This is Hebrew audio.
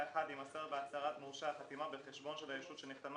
(1) יימסר בהצהרת מורשה החתימה בחשבון של הישות שנחתמה